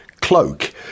cloak